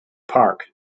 park